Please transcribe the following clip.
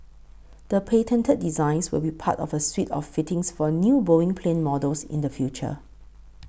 the patented designs will be part of a suite of fittings for new Boeing plane models in the future